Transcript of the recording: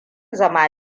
zama